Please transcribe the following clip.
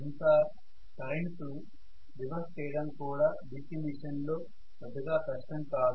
ఇంకా current reverse చేయడం కూడా DC మెషిన్ లో పెద్దగా కష్టం కాదు